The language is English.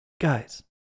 Guys